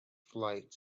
flight